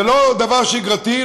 זה לא דבר שגרתי,